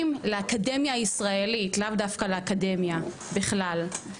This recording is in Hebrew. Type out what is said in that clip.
לאקדמיה הישראלית לאו דווקא לאקדמיה בכלל.